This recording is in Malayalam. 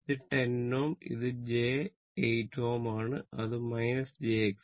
ഇത് 10 Ω ഇത് j 8 Ω ആണ് അത് j X c